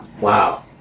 Wow